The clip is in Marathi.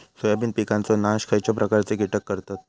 सोयाबीन पिकांचो नाश खयच्या प्रकारचे कीटक करतत?